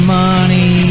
money